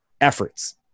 efforts